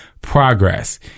progress